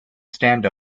stand